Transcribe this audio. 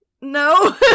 no